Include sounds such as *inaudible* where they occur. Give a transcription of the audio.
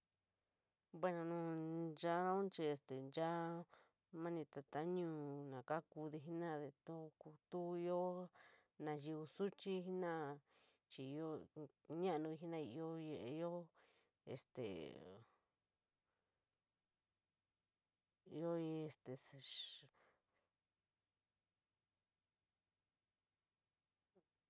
Bueno, nu nchara chii este nchora mani tatañuu kakude fenaidele, tuo ioo naiyo suchi jinara chii ioo, naanii jenoraíii, ioo te este. *unintelligible*